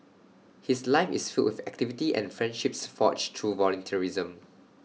his life is filled with activity and friendships forged through volunteerism